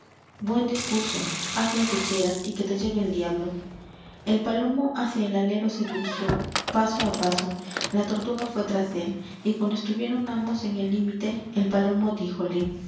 buen discurso haz lo que quieras y que te lleve el diablo l l palomo hacia el alero se dirigió paso á paso la tortuga fué tras él y cuando estuvieron ambos en el limite el palomo díjole